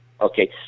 Okay